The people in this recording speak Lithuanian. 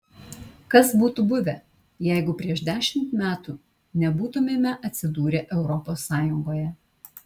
kas būtų buvę jeigu prieš dešimt metų nebūtumėme atsidūrę europos sąjungoje